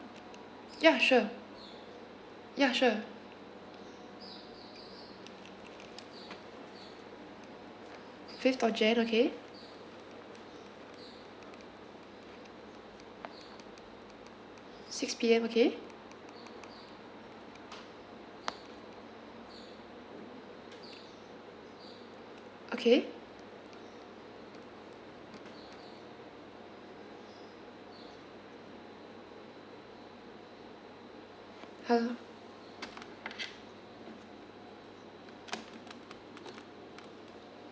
ya sure ya sure fifth of jan okay six P_M okay okay halal